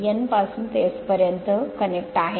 N पासून ते S पर्यंत कनेक्ट आहे